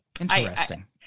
Interesting